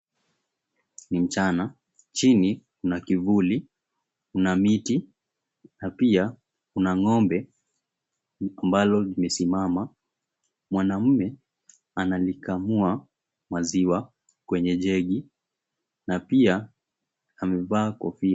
Ni mchana, chini kuna kivuli, kuna miti na pia kuna ng'ombe ambalo limesimama. Mwanaume analikamua maziwa kwenye jegi na pia amevaa kofia.